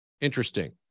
Interesting